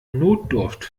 notdurft